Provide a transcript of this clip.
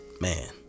man